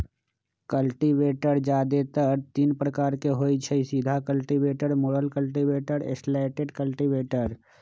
cultivator जादेतर तीने प्रकार के होई छई, सीधा कल्टिवेटर, मुरल कल्टिवेटर, स्लैटेड कल्टिवेटर